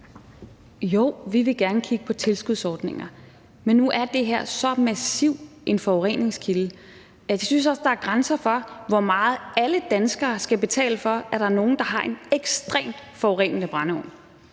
Jo, vi vil gerne kigge på tilskudsordninger, men nu er det her så massiv en forureningskilde. Jeg synes også, der er grænser for, hvor meget alle danskere skal betale for, at der er nogen, der har en ekstremt forurenende brændeovn.